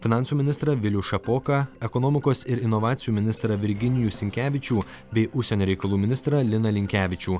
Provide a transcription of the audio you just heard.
finansų ministrą vilių šapoką ekonomikos ir inovacijų ministrą virginijų sinkevičių bei užsienio reikalų ministrą liną linkevičių